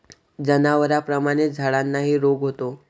जनावरांप्रमाणेच झाडांनाही रोग होतो